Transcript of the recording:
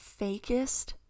fakest